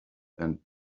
and